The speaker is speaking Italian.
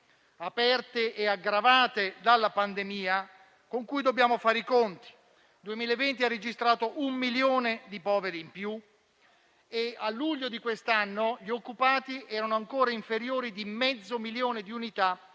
aperte e aggravate dalla pandemia, con cui dobbiamo fare i conti. Il 2020 ha registrato un milione di poveri in più e a luglio di quest'anno gli occupati erano ancora inferiori di mezzo milione di unità